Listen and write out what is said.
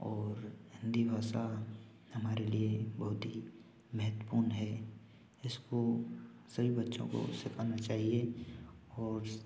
और हिंदी भाषा हमारे लिए बहुत ही महत्वपूर्ण है इसको सभी बच्चों को सिखाना चाहिए और